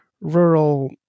rural